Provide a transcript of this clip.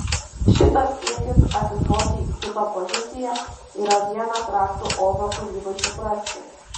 šitas siekis atsistoti į kito poziciją yra vienas raktų ozo kūrybai suprasti